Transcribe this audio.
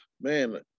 man